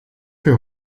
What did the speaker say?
für